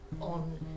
on